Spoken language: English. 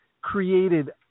created